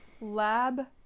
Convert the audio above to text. Lab